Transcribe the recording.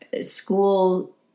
school